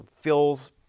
fills